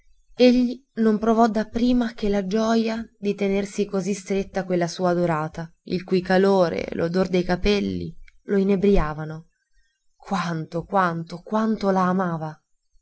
egli non provò dapprima che la gioja di tenersi così stretta quella sua adorata il cui calore l'odor dei capelli lo inebriavano quanto quanto quanto la amava